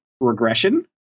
regression